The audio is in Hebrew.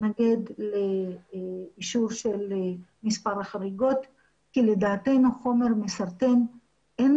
התנגד לאישור של מספר החריגות כי לדעתנו במקרה של חומר מסרטן אין